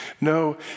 No